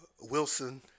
Wilson